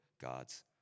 God's